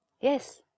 Yes